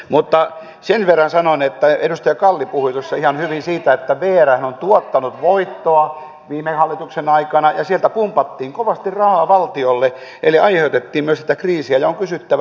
mutta sen verran sanon että edustaja kalli puhui tuossa ihan hyvin siitä että vrhän on tuottanut voittoa viime hallituksen aikana ja sieltä pumpattiin kovasti rahaa valtiolle eli aiheutettiin myös tätä kriisiä ja on kysyttävä